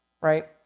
right